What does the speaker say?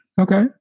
Okay